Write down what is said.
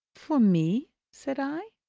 for me? said i.